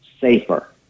safer